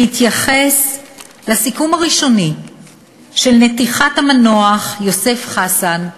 להתייחס לסיכום הראשוני של נתיחת המנוח יוסף חסן,